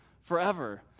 forever